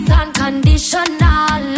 unconditional